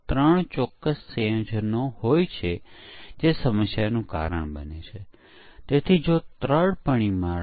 આપણે પુસ્તક લીધું છે અને તેને પરત કરવાનો પ્રયાસ કરી રહ્યા છીયે